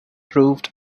proved